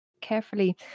carefully